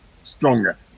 stronger